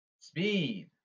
Speed